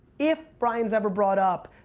if brian's ever brought up,